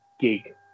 gig